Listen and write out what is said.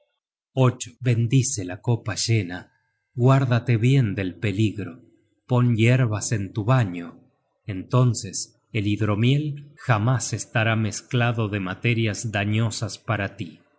launa bendice la copa llena guárdate bien del peligro pon yerbas en tu baño entonces el hidromiel jamás estará mezclado de materias dañosas para tí